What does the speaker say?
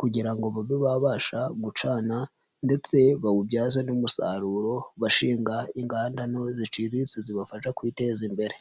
kugira ngo babe babasha gucana ndetse bawubyaze n'umusaruro bashinga inganda nto ziciriritse zibafasha kwiteza imbere.